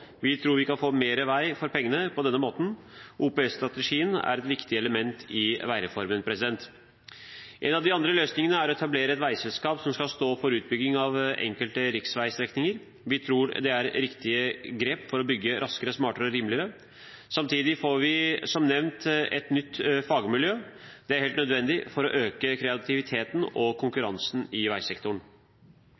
Vi tror vi kan få mer vei for pengene på den måten. OPS-strategien er et viktig element i veireformen. En av de andre løsningene er å etablere et veiselskap som skal stå for utbygging av enkelte riksveistrekninger. Vi tror det er et riktig grep for å bygge raskere, smartere og rimeligere. Samtidig får vi som nevnt et nytt fagmiljø. Det er helt nødvendig for å øke kreativiteten og konkurransen i veisektoren.